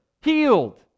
healed